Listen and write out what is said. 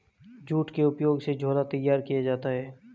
jute के उपयोग से झोला तैयार किया जाता है